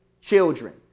children